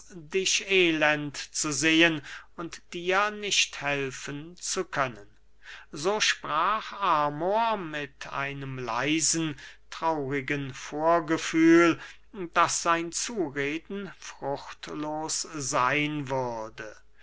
dich elend zu sehen und dir nicht helfen zu können so sprach amor mit einem leisen traurigen vorgefühl daß sein zureden fruchtlos seyn würde